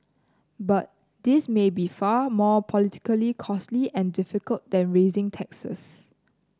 but this may be far more politically costly and difficult than raising taxes